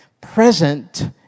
Present